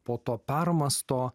po to permąsto